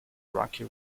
rocky